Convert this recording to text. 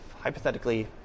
hypothetically